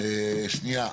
שנייה.